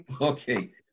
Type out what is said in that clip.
Okay